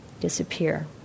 disappear